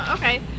Okay